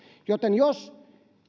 joten jos